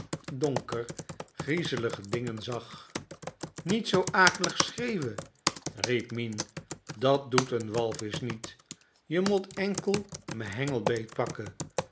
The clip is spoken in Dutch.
donker griezelige dingen zag niet zoo akelig schreeuwen riep mien dat doet n walvisch niet je mot ènkel me